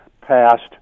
passed